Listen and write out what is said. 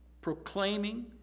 proclaiming